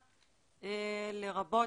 לרבות,